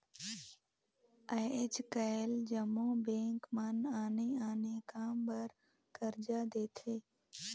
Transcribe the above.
आएज काएल जम्मो बेंक मन आने आने काम बर करजा देथे